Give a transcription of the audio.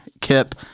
Kip